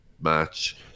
match